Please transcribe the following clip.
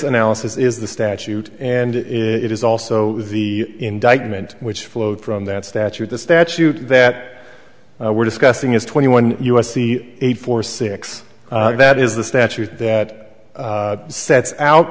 analysis is the statute and it is also the indictment which flowed from that statute the statute that we're discussing is twenty one u s c eight four six that is the statute that sets out